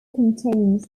contains